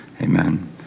Amen